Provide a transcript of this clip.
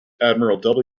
admiral